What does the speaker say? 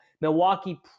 Milwaukee